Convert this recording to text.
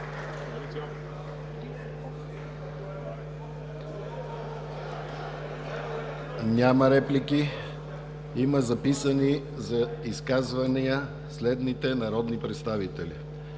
ли реплики? Няма. Записани са за изказвания следните народни представители: